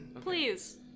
Please